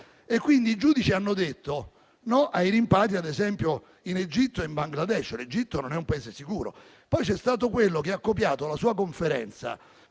uomo e i giudici hanno detto di no ai rimpatri, ad esempio in Egitto e in Bangladesh. L'Egitto non è un Paese sicuro. Poi c'è stato quello che ha copiato la sua conferenza,